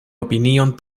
opinion